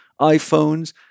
iPhones